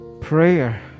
prayer